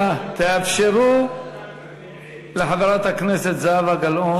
אנא תאפשרו לחברת הכנסת זהבה גלאון לדבר.